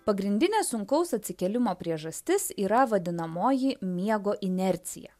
pagrindinė sunkaus atsikėlimo priežastis yra vadinamoji miego inercija